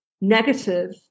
negative